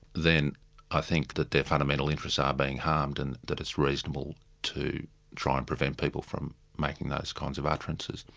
then i think that their fundamental interests are being harmed and that it's reasonable to try and prevent people from making those kinds of utterances.